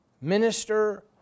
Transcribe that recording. minister